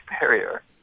barrier